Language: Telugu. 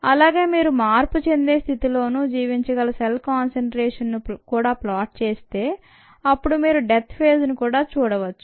అలాగే మీరు మార్పు చెందే స్థితిలోనూ జీవించగల సెల్ కాన్సంట్రేషన్ ను కూడా ప్లాట్ చేస్తే అప్పుడు మీరు డెత్ ఫేజ్ను కూడా చూడవచ్చు